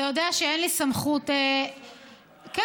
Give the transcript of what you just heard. אתה יודע שאין לי סמכות, שלכם.